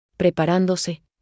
Preparándose